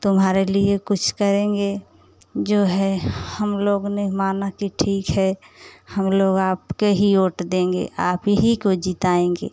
तुम्हारे लिए कुछ करेंगे जो है हम लोग ने माना कि ठीक है हम लोग आपको ही ओट देंगे आप ही को जिताएँगे